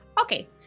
okay